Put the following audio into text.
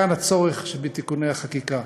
מכאן הצורך בתיקוני החקיקה.